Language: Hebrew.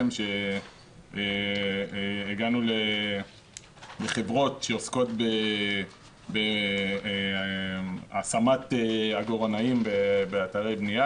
הגענו לחברות שעוסקות בהשמת עגורנאים באתרי בנייה